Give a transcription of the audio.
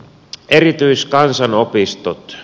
erityiskansanopistot